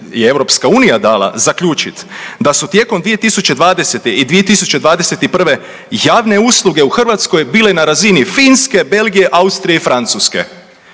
koje je EU dala zaključit da su tijekom 2020. i 2021. javne usluge u Hrvatskoj bile na razini Finske, Belgije, Austrije i Francuske.